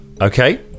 Okay